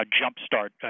jumpstart